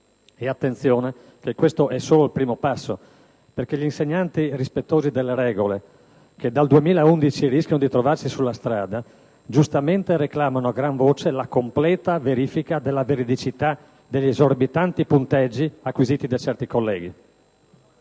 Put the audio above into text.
punteggio. Questo è solo il primo passo, perché gli insegnanti rispettosi delle regole, che dal 2011 rischiano di trovarsi sulla strada, giustamente reclamano a gran voce la completa verifica della veridicità degli esorbitanti punteggi acquisiti da certi colleghi.